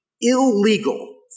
illegal